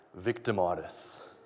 victimitis